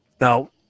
Now